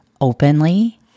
openly